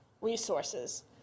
resources